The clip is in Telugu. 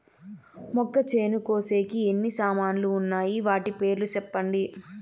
మొక్కచేను కోసేకి ఎన్ని సామాన్లు వున్నాయి? వాటి పేర్లు సెప్పండి?